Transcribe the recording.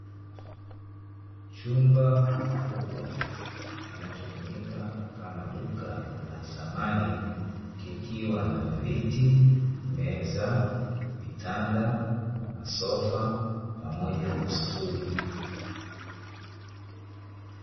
Chumba kikubwa kinachotumika kama duka la samani kikiwa na viti, meza, vitanda, masofa pamoja na stuli.